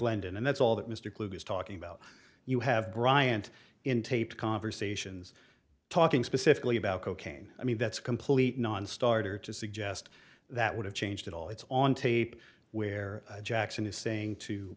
endon and that's all that mr clooney is talking about you have bryant in taped conversations talking specifically about cocaine i mean that's a complete nonstarter to suggest that would have changed at all it's on tape where jackson is saying to